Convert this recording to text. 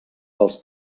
pels